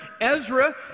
Ezra